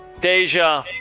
Deja